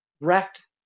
wrecked